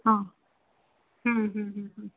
हा हम्म हम्म